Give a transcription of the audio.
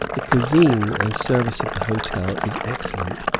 the cuisine and service of the hotel is excellent,